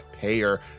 payer